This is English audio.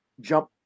jump